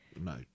No